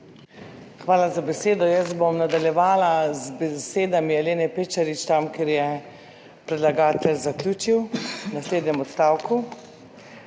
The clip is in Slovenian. Hvala za besedo. Jaz bom nadaljevala z besedami Elene Pečarič, tam, kjer je predlagatelj zaključil, v naslednjem odstavku.